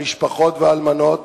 המשפחות והאלמנות,